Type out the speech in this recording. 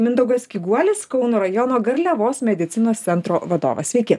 mindaugas kyguolis kauno rajono garliavos medicinos centro vadovas sveiki